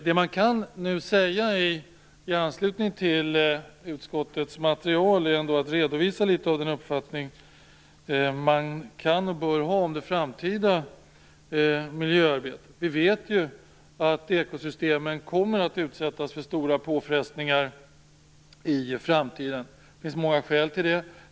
I anslutning till utskottets material kan jag redovisa den uppfattning man kan och bör ha om det framtida miljöarbetet. Vi vet ju att ekosystemen kommer att utsättas för stora påfrestningar i framtiden. Det finns många skäl till det.